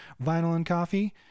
vinylandcoffee